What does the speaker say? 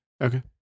Okay